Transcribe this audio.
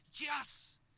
yes